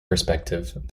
perspective